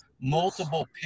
multiple